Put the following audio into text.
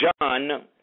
John